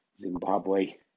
Zimbabwe